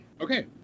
Okay